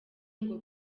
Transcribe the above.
ngo